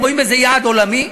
הם רואים בזה יעד עולמי.